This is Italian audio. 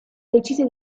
decise